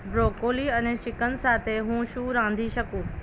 broccoli અને chicken સાથે હું શું રાંધી શકું